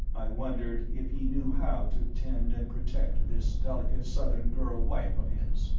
i wondered if he knew how to tend and protect this delicate southern girl wife of his.